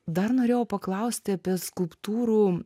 dar norėjau paklausti apie skulptūrų